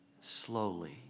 Slowly